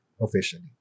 officially